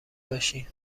باشی